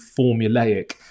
formulaic